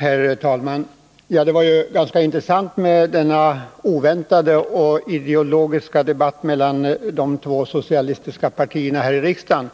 Herr talman! Det var ganska intressant med denna oväntade ideologiska debatt mellan företrädare för de socialistiska partierna här i riksdagen